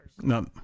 no